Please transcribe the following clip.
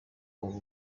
yumva